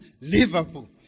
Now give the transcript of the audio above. Liverpool